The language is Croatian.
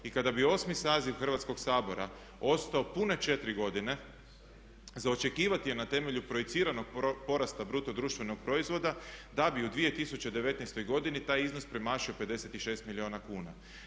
I kada bi 8. saziv Hrvatskog sabora ostao pune 4. godine za očekivati je na temelju projiciranog porasta BDP-a da bi u 2019. godini taj iznos premašio 56 milijuna kuna.